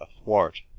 athwart